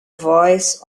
voice